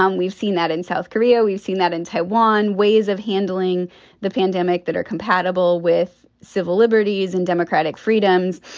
um we've seen that in south korea. we've seen that in taiwan, ways of handling the pandemic that are compatible with civil liberties and democratic freedoms.